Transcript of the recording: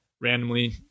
randomly